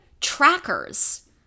trackers